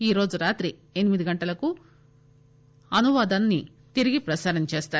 ఈ రోజు రాత్రి ఎనిమిది గంటలకు అనువాదాన్ని తిరిగి ప్రసారం చేస్తారు